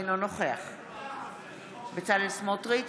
אינו נוכח בצלאל סמוטריץ'